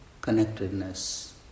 connectedness